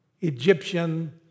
Egyptian